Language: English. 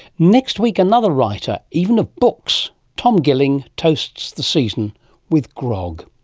next week, another writer, even of books tom gilling toasts the season with grog.